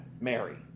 Mary